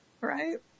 right